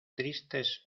tristes